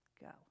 Go